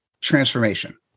transformation